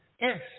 yes